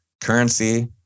currency